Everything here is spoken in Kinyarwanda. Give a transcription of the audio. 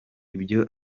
ibyo